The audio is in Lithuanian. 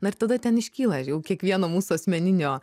na ir tada ten iškyla jau kiekvieno mūsų asmeninio